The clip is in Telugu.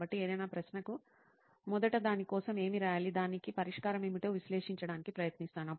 కాబట్టి ఏదైనా ప్రశ్నకు మొదట దాని కోసం ఏమి రాయాలి దానికి పరిష్కారం ఏమిటో విశ్లేషించడానికి ప్రయత్నిస్తాను